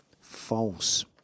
false